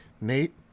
Nate